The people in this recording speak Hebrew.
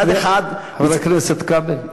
חבר הכנסת כבל,